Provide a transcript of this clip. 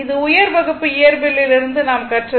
இது உயர் வகுப்பு இயற்பியலில் இருந்து நாம் கற்றது